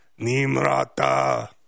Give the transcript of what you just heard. Nimrata